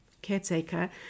caretaker